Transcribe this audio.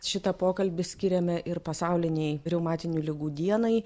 šitą pokalbį skiriame ir pasaulinei reumatinių ligų dienai